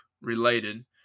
related